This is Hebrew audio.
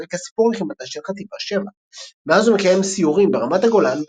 על רקע סיפור לחימתה של חטיבה 7. מאז הוא מקיים סיורים ברמת הגולן,